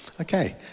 okay